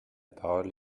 parole